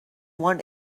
want